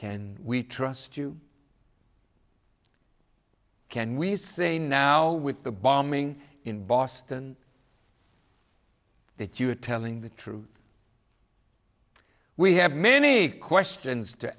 can we trust you can we say now with the bombing in boston that you are telling the truth we have many questions to